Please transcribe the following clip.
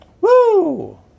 Woo